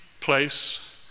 place